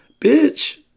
Bitch